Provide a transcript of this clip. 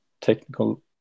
technical